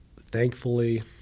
thankfully